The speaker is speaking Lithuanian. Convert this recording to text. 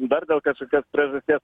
dar dėl kažkokios priežasties